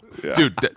Dude